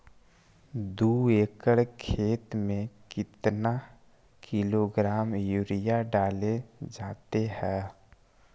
दू एकड़ खेत में कितने किलोग्राम यूरिया डाले जाते हैं?